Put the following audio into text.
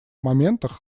моментах